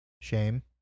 Shame